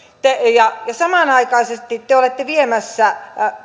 samanaikaisesti te te olette viemässä